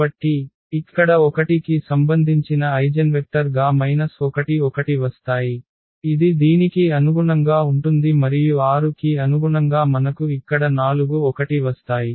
కాబట్టి ఇక్కడ 1 కి సంబంధించిన ఐగెన్వెక్టర్ గా 1 1 వస్తాయి ఇది దీనికి అనుగుణంగా ఉంటుంది మరియు 6 కి అనుగుణంగా మనకు ఇక్కడ 4 1 వస్తాయి